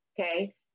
Okay